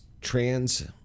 trans